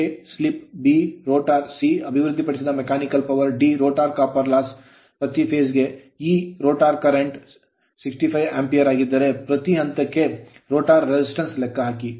a slip slip b rotor rotor ವೇಗ c ಅಭಿವೃದ್ಧಿಪಡಿಸಲಾದ mechanical power ಯಾಂತ್ರಿಕ ಶಕ್ತಿ d rotor copper loss rotor ತಾಮ್ರದ ನಷ್ಟವನ್ನು ಪ್ರತಿ phase ಫೇಸ್ ಗೆ e rotor current rotor current 65 Ampere ampere ಯಾಗಿದ್ದರೆ ಪ್ರತಿ ಹಂತಕ್ಕೆ rotor resistance ರೋಟರ್ ಪ್ರತಿರೋಧವನ್ನು ಲೆಕ್ಕಹಾಕಿ